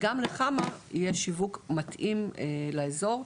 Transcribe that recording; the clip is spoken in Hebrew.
וגם לחמ"ע יהיה שיווק מתאים לאזור,